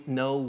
no